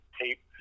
tape